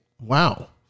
wow